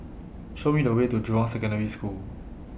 Show Me The Way to Jurong Secondary School